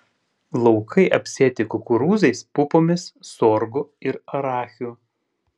laukai apsėti kukurūzais pupomis sorgu ir arachiu